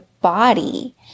body